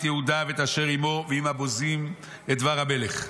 יהודה ואת אשר עימו ועם הבוזים את דבר המלך.